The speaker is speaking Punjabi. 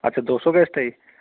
ਅੱਛਾ ਦੋ ਸੌ ਗੈਸਟ ਹੈ ਜੀ